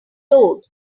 load